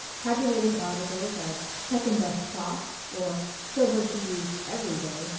tabulating articles as second-best clock or silver to use every day,